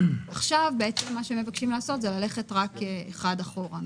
עכשיו מה שמבקשים לעשות זה ללכת רק אחד אחורה.